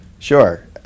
Sure